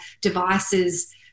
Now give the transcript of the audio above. devices